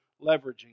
leveraging